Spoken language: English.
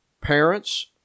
Parents